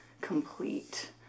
complete